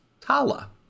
Tala